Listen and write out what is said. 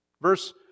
Verse